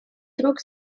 друг